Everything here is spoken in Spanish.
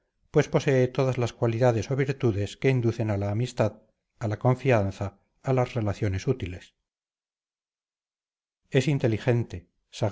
pues posee todas las cualidades o virtudes que inducen a la amistad a la confianza a las relaciones útiles es inteligente